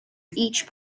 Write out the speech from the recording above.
each